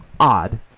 odd